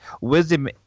Wisdom